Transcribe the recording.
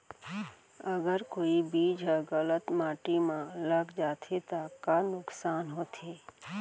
अगर कोई बीज ह गलत माटी म लग जाथे त का नुकसान होथे?